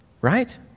right